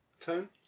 Tone